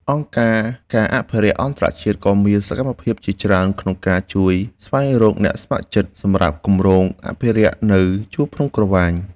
អង្គការ ការអភិរក្សអន្តរជាតិ ក៏មានសកម្មភាពជាច្រើនក្នុងការជួយស្វែងរកអ្នកស្ម័គ្រចិត្តសម្រាប់គម្រោងអភិរក្សនៅជួរភ្នំក្រវាញ។